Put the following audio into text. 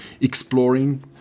exploring